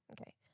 Okay